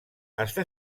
està